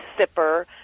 sipper